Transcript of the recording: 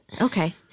Okay